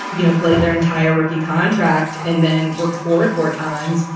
you know, played their entire rookie contract and then were caught four times.